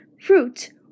fruit